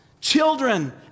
children